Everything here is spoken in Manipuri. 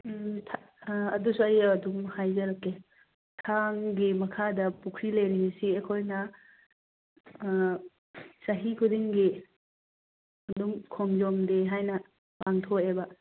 ꯊꯥ ꯑꯗꯨꯁꯨ ꯑꯩ ꯑꯗꯨꯝ ꯍꯥꯏꯖꯔꯛꯀꯦ ꯊꯥꯡꯒꯤ ꯃꯈꯥꯗ ꯄꯨꯈ꯭ꯔꯤ ꯂꯩꯔꯤꯁꯤ ꯑꯈꯣꯏꯅ ꯆꯍꯤ ꯈꯨꯗꯤꯡꯒꯤ ꯑꯗꯨꯝ ꯈꯣꯡꯖꯣꯝ ꯗꯦ ꯍꯥꯏꯅ ꯄꯥꯡꯊꯣꯛꯑꯦꯕ